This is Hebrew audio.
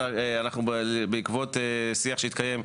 אלא בעקבות שיח שהתקיים,